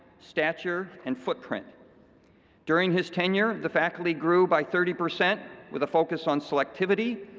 stature and footprint during his tenure the faculty grew by thirty percent with a focus on selectivity